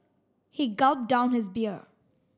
he gulped down his beer